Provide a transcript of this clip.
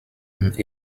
und